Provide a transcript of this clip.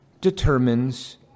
determines